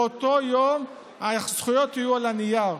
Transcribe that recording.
באותו יום הזכויות יהיו על הנייר,